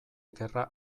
gerra